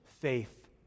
faith